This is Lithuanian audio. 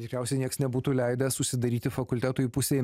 tikriausiai nieks nebūtų leidęs užsidaryti fakultetui pusei